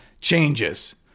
changes